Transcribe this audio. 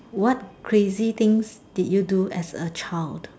what crazy things did you do as a child